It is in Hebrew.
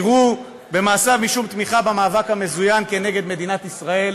יראו במעשיו תמיכה במאבק המזוין נגד מדינת ישראל,